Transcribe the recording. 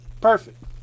Perfect